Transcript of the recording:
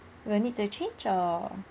will need to change or